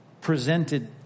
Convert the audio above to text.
presented